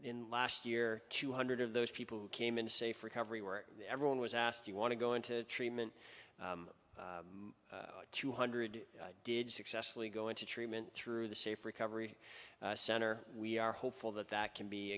in last year two hundred of those people who came in a safe recovery where everyone was asked do you want to go into treatment two hundred did successfully go into treatment through the safe recovery center we are hopeful that that can be